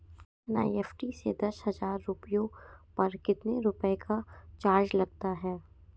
NEFT से दस हजार रुपयों पर कितने रुपए का चार्ज लगता है?